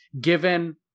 given